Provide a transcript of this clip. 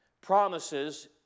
promises